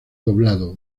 doblado